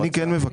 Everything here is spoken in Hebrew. אני כן מבקש,